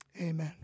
amen